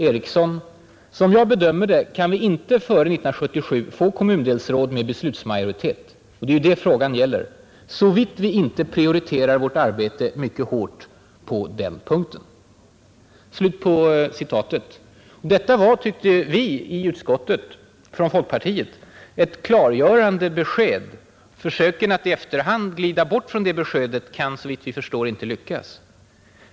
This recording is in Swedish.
Ericsson: Som jag bedömer det kan vi inte före 1977 få kommundelsråd med beslutsmajoritet — och det är det frågan gäller — såvitt vi inte prioriterar vårt arbete mycket hårt på den punkten.” Detta var ett klargörande besked. Försöken att i efterhand glida bort från det beskedet kan inte lyckas.